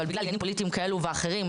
אבל בגלל עניינים פוליטיים כאלו ואחרים,